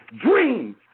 Dreams